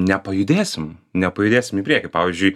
nepajudėsim nepajudėsim į priekį pavyžiui